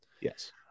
Yes